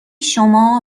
شما